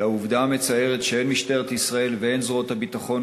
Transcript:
לעובדה המצערת שהן משטרת ישראל והן זרועות הביטחון